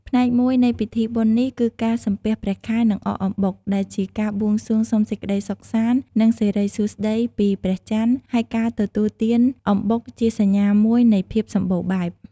ផ្នែកមួយនៃពិធីបុណ្យនេះគឺការសំពះព្រះខែ និងអកអំបុក ដែលជាការបួងសួងសុំសេចក្ដីសុខសាន្ត និងសិរីសួស្ដីពីព្រះច័ន្ទ ហើយការទទួលទានអំបុកជាសញ្ញាមួយនៃភាពសម្បូរបែប។